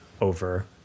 over